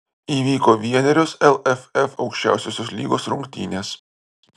įvyko vienerios lff aukščiausiosios lygos rungtynės